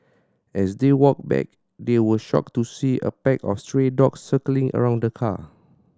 as they walked back they were shocked to see a pack of stray dogs circling around the car